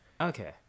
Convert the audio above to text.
Okay